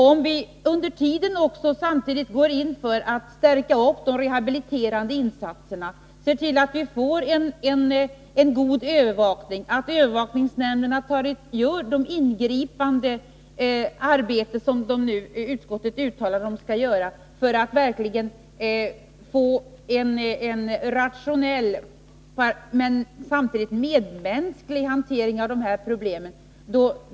Samtidigt bör vi också gå in för att förstärka de rehabiliterade insatserna och se till att få till stånd en god övervakning — varvid övervakningsnämnderna skall utföra det ingripande arbetet som utskottet nu uttalar sig för — så att vi verkligen får en rationell men också medmänsklig hantering av de här problemen.